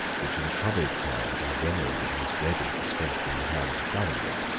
which in troubled times are generally most ready to strengthen the hands of government,